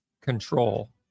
control